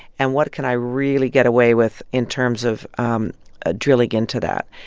and what can i really get away with in terms of um ah drilling into that?